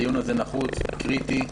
הדיון הזה נחוץ, קריטי.